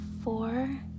four